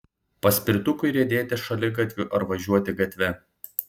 paspirtukui riedėti šaligatviu ar važiuoti gatve